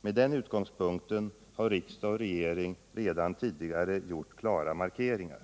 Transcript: Med den utgångspunkten har riksdag och regering redan tidigare gjort klara markeringar.